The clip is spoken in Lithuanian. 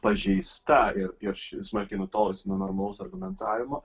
pažeista ir ir ši smarkiai nutolusi nuo normalaus argumentavimo